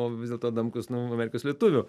o vis dėlto adamkus nu amerikos lietuvių